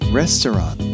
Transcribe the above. restaurant